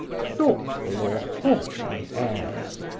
thoughtful or haughty airs.